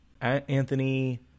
Anthony